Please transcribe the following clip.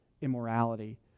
immorality